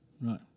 right